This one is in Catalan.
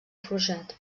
forjat